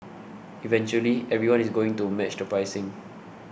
eventually everyone is going to match the pricing